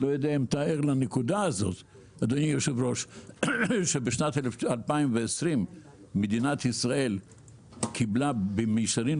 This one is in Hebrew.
אני לא יודע אם אתה ער לנקודה שבשנת 2020 מדינת ישראל קבלה במישרין